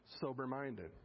sober-minded